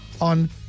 on